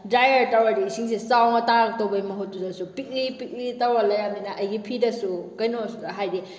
dryer ꯇꯧꯔꯗꯤ ꯏꯁꯤꯡꯁꯤ ꯆꯥꯎꯅ ꯇꯥꯔꯛꯇꯧꯕꯩ ꯃꯍꯨꯠꯇꯨꯗꯁꯨ ꯄꯤꯛꯂꯤ ꯄꯤꯛꯂꯤ ꯇꯧꯔ ꯂꯩꯔꯝꯅꯤꯅ ꯑꯩꯒꯤ ꯐꯤꯗꯁꯨ ꯀꯩꯅꯣꯁꯨ ꯍꯥꯏꯗꯤ